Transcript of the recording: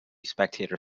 spectator